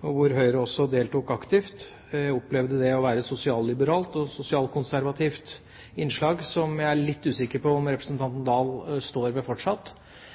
hvor Høyre også deltok aktivt. Jeg opplevde det som å være et sosialliberalt og sosialkonservativt innslag, som jeg er litt usikker på om representanten Oktay Dahl står ved fortsatt,